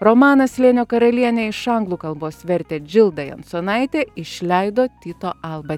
romaną slėnio karalienė iš anglų kalbos vertė džilda jansonaitė išleido tyto alba